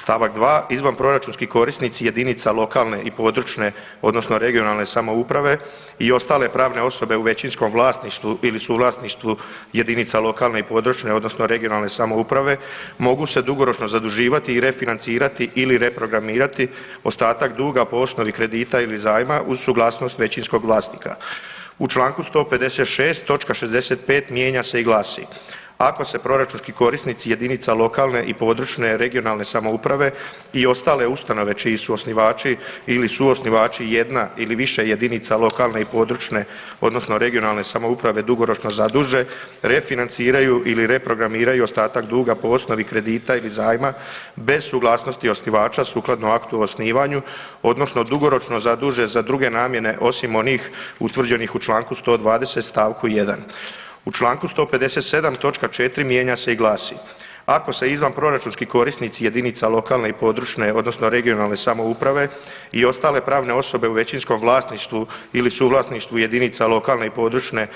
St. 2. izvanproračunski korisnici jedinica lokalne i područne (regionalne) samouprave i ostale pravne osobe u većinskom vlasništvu ili suvlasništvu jedinica lokalne i područne (regionalne) samouprave mogu se dugoročno zaduživati i refinancirati ili reprogramirati ostatak duga po osnovi kredita ili zajma uz suglasnost većinskog vlasnika.“ U čl. 156. točka 65. mijenja se i glasi: „Ako se proračunski korisnici jedinica lokalne i područne (regionalne) samouprave i ostale ustanove čiji su osnivači ili suosnivači jedna ili više jedinica lokalne i područne (regionalne) samouprave dugoročno zaduže, refinanciraju ili reprogramiraju ostatak duga po osnovi kredita ili zajma bez suglasnosti osnivača sukladno aktu o osnivanju odnosno dugoročno zaduže za druge namjene osim onih utvrđenih u čl. 120. st. 1.“ U čl. 157. točka 4. mijenja se i glasi: „Ako se izvanproračunski korisnici jedinica lokalne i područne (regionalne) samouprave i ostale pravne osobe u većinskom vlasništvu ili suvlasništvu jedinica lokalne i područne